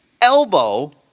elbow